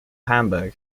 hamburg